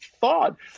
thought